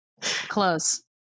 Close